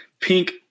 pink